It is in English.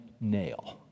nail